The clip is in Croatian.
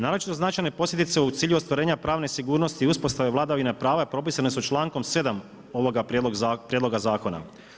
Naročito značajne posljedice u cilju ostvarenja pravne sigurnosti i uspostave vladavine prava propisane su člankom 7. ovoga prijedloga zakona.